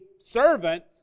servant